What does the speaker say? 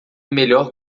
melhor